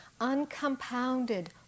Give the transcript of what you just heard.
uncompounded